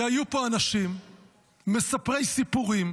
כי היו פה אנשים מספרי סיפורים,